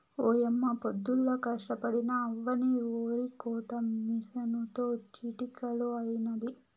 ఓయమ్మ పొద్దుల్లా కష్టపడినా అవ్వని ఒరికోత మిసనుతో చిటికలో అయినాది